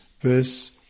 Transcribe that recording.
verse